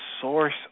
source